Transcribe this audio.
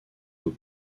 aux